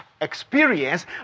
experience